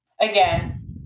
again